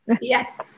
Yes